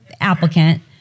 applicant